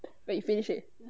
but you finish already